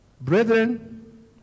Brethren